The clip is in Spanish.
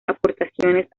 aportaciones